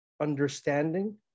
understanding